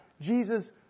Jesus